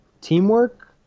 teamwork